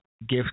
gift